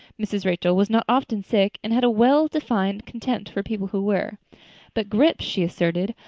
mrs. rachel was not often sick and had a well-defined contempt for people who were but grippe, she asserted,